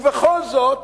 ובכל זאת